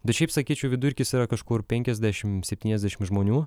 bet šiaip sakyčiau vidurkis yra kažkur penkiasdešim septyniasdešim žmonių